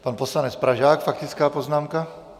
Pan poslanec Pražák faktická poznámka.